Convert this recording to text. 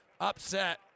upset